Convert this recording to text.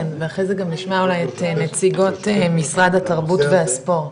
כן ואחרי זה גם נשמע אולי את הנציגות משרד התרבות והספורט.